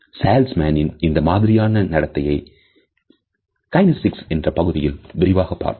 sales மேனின் இந்த மாதிரியான நடத்தையை கினி சிக்ஸ் என்ற பகுதியில் விரிவாக பார்ப்போம்